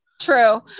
true